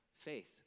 faith